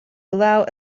allow